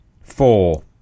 Four